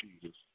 Jesus